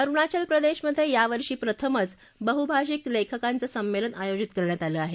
अरुणाचल प्रदेशमधे यावर्षी प्रथमच बहुभाषिक लेखकाचं संमेलन आयोजित करण्यात आलं आहे